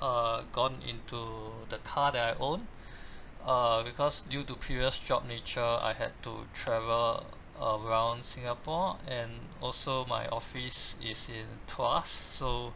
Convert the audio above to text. uh gone into the car that I own uh because due to previous job nature I had to travel around singapore and also my office is in tuas so